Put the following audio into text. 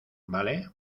vale